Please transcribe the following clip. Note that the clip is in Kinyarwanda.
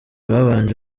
babanje